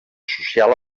social